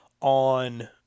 on